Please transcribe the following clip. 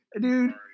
Dude